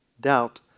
doubt